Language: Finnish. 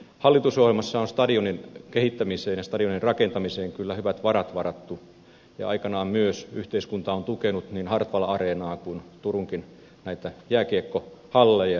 hallitusohjelmassa on stadionin kehittämiseen ja stadionin rakentamiseen kyllä hyvät varat varattu ja aikanaan myös yhteiskunta on tukenut niin hartwall areenaa kuin näitä turunkin jääkiekkohalleja